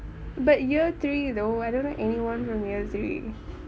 but year three though I don't know anyone from year three